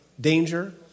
danger